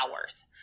hours